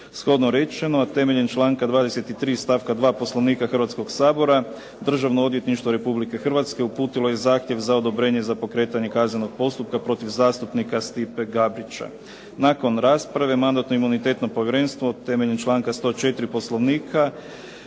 Shodno rečeno, a temeljem članka 23. stavka 2. Poslovnika Hrvatskog sabora, Državno odvjetništvo Republike Hrvatske uputilo je zahtjev za odobrenje za pokretanje kaznenog postupka protiv zastupnika Stipe Gabrića. Nakon rasprave, Mandatno-imunitetno povjerenstvo temeljem članka 104. Poslovnika